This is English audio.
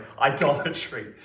idolatry